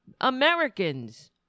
Americans